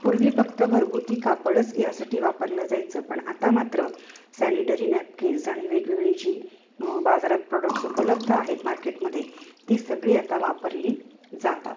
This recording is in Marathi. पूर्वी फक्त घरगुती कापडच यासाठी वापरलं जायचं पण आता मात्र सॅनिटरी नॅपकिन्स आणि वेगवेगळी जी बाजारात प्रॉडक्ट्स उपलब्ध आहेत मार्केटमध्ये ती सगळी आता वापरली जातात